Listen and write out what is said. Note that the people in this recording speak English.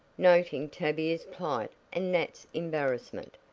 noting tavia's plight and nat's embarrassment.